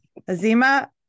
Azima